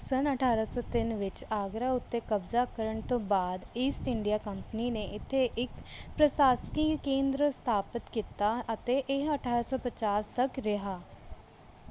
ਸੰਨ ਅਠਾਰਾਂ ਸੌ ਤਿੰਨ ਵਿੱਚ ਆਗਰਾ ਉੱਤੇ ਕਬਜ਼ਾ ਕਰਨ ਤੋਂ ਬਾਅਦ ਈਸਟ ਇੰਡੀਆ ਕੰਪਨੀ ਨੇ ਇੱਥੇ ਇੱਕ ਪ੍ਰਸ਼ਾਸ਼ਕੀ ਕੇਂਦਰ ਸਥਾਪਤ ਕੀਤਾ ਅਤੇ ਇਹ ਅਠਾਰਾਂ ਸੌ ਪੰਚਾਸ ਤੱਕ ਰਿਹਾ